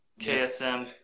KSM